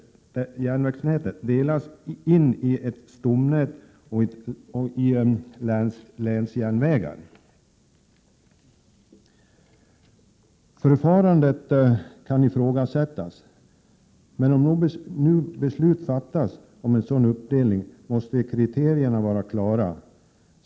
Förfarandet kan ifrågasättas, men om nu beslut fattas om en sådan uppdelning måste kriterierna vara klara.